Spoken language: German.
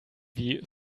wie